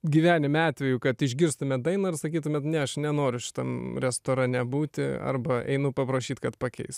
gyvenime atvejų kad išgirstumėt dainą ir sakytumėt ne aš nenoriu šitam restorane būti arba einu paprašyt kad pakeistų